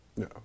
No